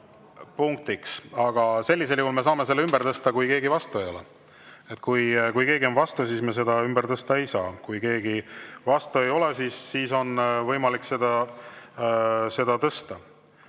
punktiks. Sellisel juhul me saame selle ümber tõsta, kui keegi vastu ei ole. Kui keegi on vastu, siis me seda ümber tõsta ei saa. Kui keegi vastu ei ole, siis on võimalik see tõsta.